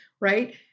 right